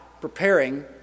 preparing